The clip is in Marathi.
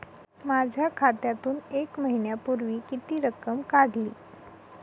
माझ्या खात्यातून एक महिन्यापूर्वी किती रक्कम काढली?